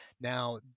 Now